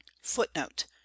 Footnote